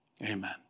amen